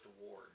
award